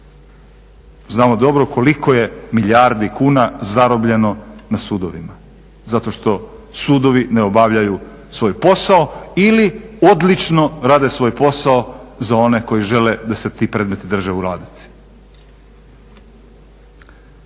Znamo dobro koliko je milijardi kuna zarobljeno na sudovima zato što sudovi ne obavljaju svoj posao ili odlično rade svoj posao za one koji žele da se ti predmeti drže u ladici.